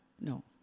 no